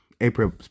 april